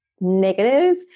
negative